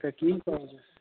তাকে কি কৰা যায়